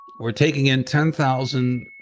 we're taking in ten thousand.